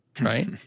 Right